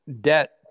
debt